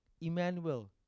Emmanuel